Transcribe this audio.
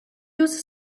use